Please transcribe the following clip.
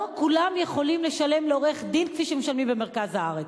לא כולם יכולים לשלם לעורך-דין כפי שמשלמים במרכז הארץ.